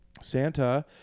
santa